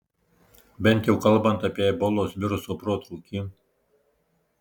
bent jau kalbant apie ebolos viruso protrūkį